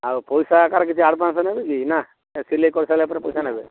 ଆଉ ପଇସା ଆକାରରେ କିଛି ଆଡ଼ଭାନ୍ସ ନେବେ କି ନା ସିଲାଇ କରିସାରିଲା ପରେ ପଇସା ନେବେ